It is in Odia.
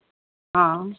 ହଁ